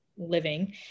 living